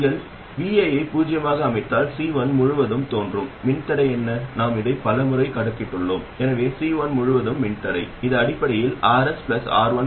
நீங்கள் vi ஐ பூஜ்ஜியமாக அமைத்தால் C1 முழுவதும் தோன்றும் மின்தடை என்ன நாம் இதை பல பல முறை கணக்கிட்டுள்ளோம் எனவே C1 முழுவதும் மின்தடை இது அடிப்படையில் Rs R1 || R2